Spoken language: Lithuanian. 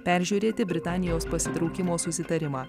peržiūrėti britanijos pasitraukimo susitarimą